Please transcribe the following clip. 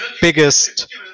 biggest